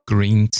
Green